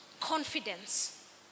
confidence